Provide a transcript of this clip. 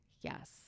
Yes